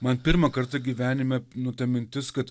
man pirmą kartą gyvenime nu ta mintis kad